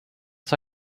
use